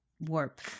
warp